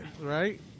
right